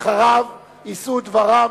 אחריו יישאו את דברם